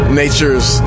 nature's